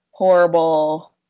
horrible